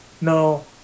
No